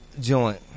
joint